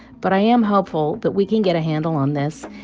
but i am hopeful that we can get a handle on this,